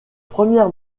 premières